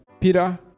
Peter